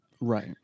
right